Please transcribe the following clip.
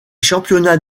championnats